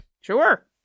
Sure